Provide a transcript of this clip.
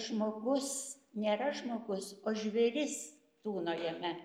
žmogus nėra žmogus o žvėris tūno jame